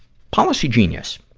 policygenius.